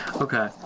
Okay